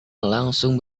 langsung